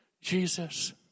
Jesus